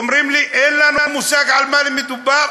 אומרים לי: אין לנו מושג על מה מדובר,